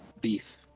beef